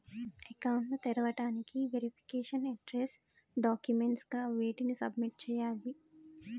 Account ను తెరవటానికి verification address documents గా వేటిని సబ్మిట్ చేయాలి?